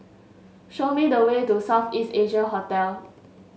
show me the way to South East Asia Hotel